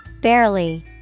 Barely